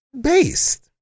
based